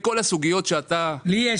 לי יש